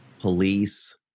police